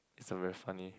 it's a very funny